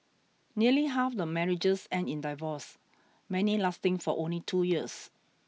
nearly half the marriages end in divorce many lasting for only two years